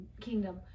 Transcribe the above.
kingdom